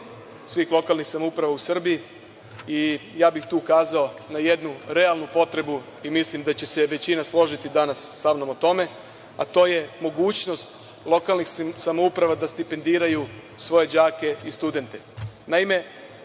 svih lokalnih samouprava u Srbiji i ja bih tu ukazao na jednu realnu potrebu i mislim da će se većina složiti danas samnom o tome, a to je mogućnost lokalnih samouprava da stipendiraju svoje đake i studente. Naime,